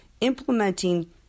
implementing